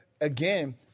again